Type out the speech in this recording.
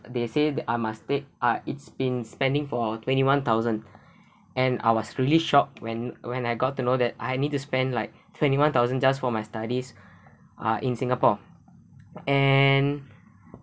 they say that I must take ah it's been spending for twenty one thousand and I was really shock when when I got to know that I need to spend like twenty one thousand just for my studies uh in singapore and